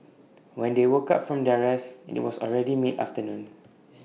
when they woke up from their rest IT was already mid afternoon